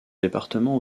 département